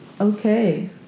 Okay